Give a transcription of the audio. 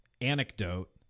anecdote